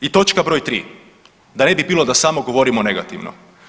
I točka br. 3, da ne bi bilo da samo govorimo negativno.